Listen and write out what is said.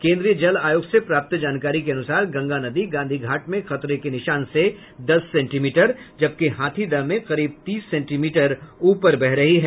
केन्द्रीय जल आयोग से प्राप्त जानकारी के अनुसार गंगा नदी गांधी घाट में खतरे के निशान से दस सेंटीमीटर जबकि हाथीदह में करीब तीस सेंटीमीटर ऊपर बह रही है